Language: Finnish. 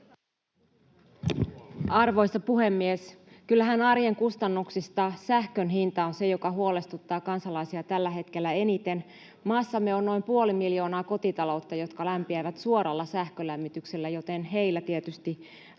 Arvoisa puhemies! Kyllähän arjen kustannuksista sähkön hinta on se, joka huolestuttaa kansalaisia tällä hetkellä eniten. Maassamme on noin puoli miljoonaa kotitaloutta, jotka lämpiävät suoralla sähkölämmityksellä, joten heillä tietysti